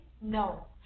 no